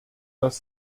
das